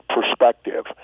perspective